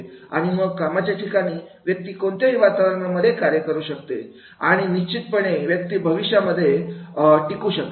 आणि मग कामाच्या ठिकाणी व्यक्ती कोणत्याही वातावरणामध्ये कार्य करू शकते आणि निश्चितपणे व्यक्ती भविष्यामध्ये टिकू शकते